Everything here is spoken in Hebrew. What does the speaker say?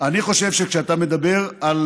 שכשאתה מדבר על